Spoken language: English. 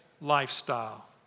lifestyle